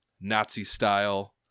Nazi-style